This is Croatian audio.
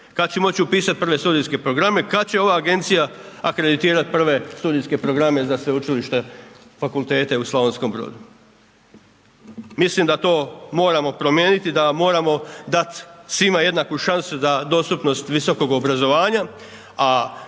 Kad će moći upisati prve studijske programe, kad će ova agencija akreditirat prve studijske programe za sveučilišne fakultete u Slavonskom Brodu? Mislim da to moramo promijeniti, da moramo dat svima jednaku šansu za dostupnost visokog obrazovanja